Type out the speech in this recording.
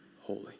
holy